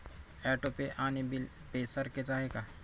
Auto pay आणि bill pay सारखेच आहे का?